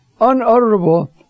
unutterable